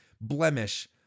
blemish